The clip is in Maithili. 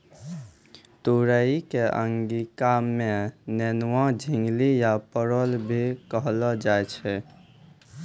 तुरई कॅ अंगिका मॅ नेनुआ, झिंगली या परोल भी कहलो जाय छै